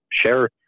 Share